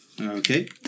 Okay